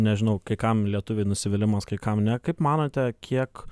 nežinau kai kam lietuviai nusivylimas kai kam ne kaip manote kiek